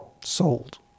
Sold